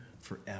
forever